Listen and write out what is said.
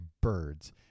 birds